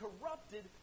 corrupted